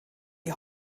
die